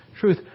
truth